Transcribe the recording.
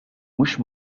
mhux